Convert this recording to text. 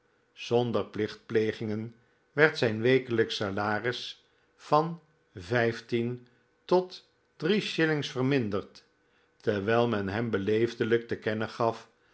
zonder plichtplegingen werd zijn wekelijksch salaris van vijftien tot drie shillings verminderd terwijl men hem beleefdelyk te kennen gaf